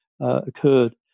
occurred